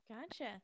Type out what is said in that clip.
Gotcha